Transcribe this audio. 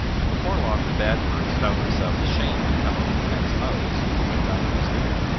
and before long the bad words found themselves ashamed to come out of the men's mouths when diamond was near.